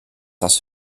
das